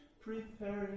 preparing